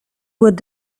would